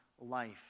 life